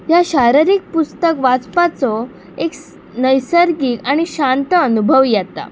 ह्या शारिरीक पुस्तक वाचपाचो एक नैसर्गीक आनी शांत अनुभव येता